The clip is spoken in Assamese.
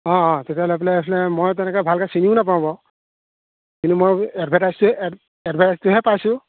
অ তেতিয়াহ'লে এইফালে এইফালে মই তেনেকৈ ভালকৈ চিনিও নাপাওঁ বাৰু কিন্তু মই এডভাৰটাইজটো এড এডভাৰটাইজটোহে পাইছোঁ